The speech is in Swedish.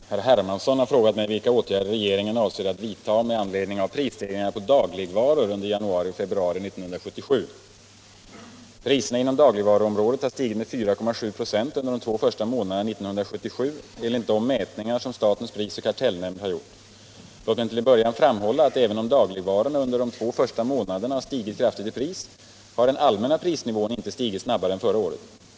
Herr talman! Herr Hermansson har frågat mig vilka åtgärder regeringen avser att vidta med anledning av prisstegringarna på dagligvaror under januari och februari 1977. Priserna inom dagligvaruområdet har sitgit med 4,7 26 under de två första månaderna 1977 enligt de mätningar som statens prisoch kartellnämnd har gjort. Låt mig till en början framhålla att även om dagligvarorna under de två första månaderna har stigit kraftigt i pris har den allmänna prisnivån inte stigit snabbare än förra året.